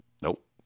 nope